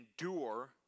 endure